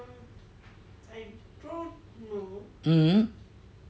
mmhmm